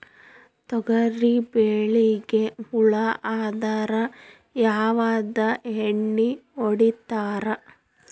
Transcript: ತೊಗರಿಬೇಳಿಗಿ ಹುಳ ಆದರ ಯಾವದ ಎಣ್ಣಿ ಹೊಡಿತ್ತಾರ?